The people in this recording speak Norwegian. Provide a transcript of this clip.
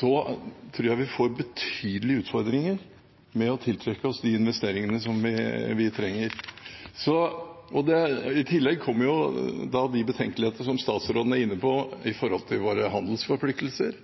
tror jeg vi får betydelige utfordringer med å tiltrekke oss de investeringene vi trenger. I tillegg kommer de betenkelighetene som statsråden er inne på som gjelder våre handelsforpliktelser.